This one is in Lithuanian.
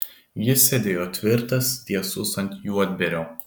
jis sėdėjo tvirtas tiesus ant juodbėrio